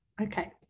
Okay